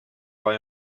why